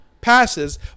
passes